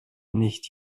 nicht